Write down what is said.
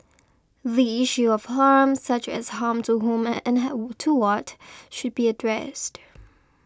the issue of harm such as harm to whom and to what should be addressed